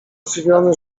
zdziwiony